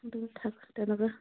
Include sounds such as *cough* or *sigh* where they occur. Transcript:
*unintelligible*